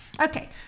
Okay